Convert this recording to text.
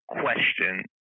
question